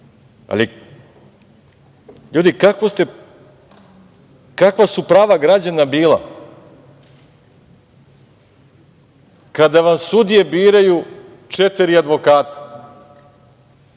ali, ljudi, kakva su prava građana bila kada vam sudije biraju četiri advokata? Opet